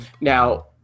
Now